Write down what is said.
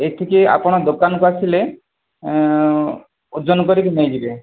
ଏଇଠିକି ଆପଣ ଦୋକାନ କୁ ଆସିଲେ ଆଁ ଓଜନ କରିକି ନେଇଯିବେ